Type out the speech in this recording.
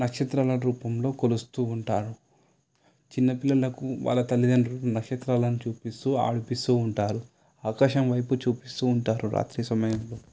నక్షత్రాలు అనేటి రూపంలో కొలుస్తూ ఉంటారు చిన్న పిల్లలకు వాళ్ళ తల్లిదండ్రులు నక్షత్రాలను చూపిస్తూ ఆడిస్తూ ఉంటారు ఆకాశం వైపు చూపిస్తూ ఉంటారు రాత్రి సమయంలో